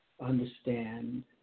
understand